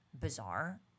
bizarre